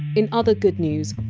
in other good news,